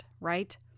right